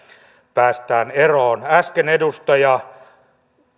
päästään eroon äsken edustaja